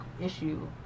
issue